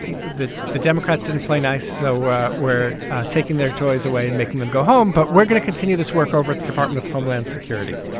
the the democrats didn't play nice. so we're we're taking their toys away and making them go home. but we're going to continue this work over at the department of homeland security.